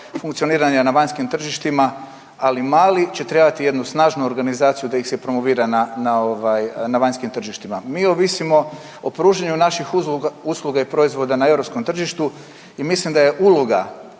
funkcioniranja na vanjskim tržištima, ali mali će trebati jednu snažnu organizaciju da ih se promovira na, na ovaj vanjskim tržištima. Mi ovisimo o pružanju naših usluga i proizvoda na europskom tržištu i mislim da je uloga